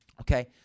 Okay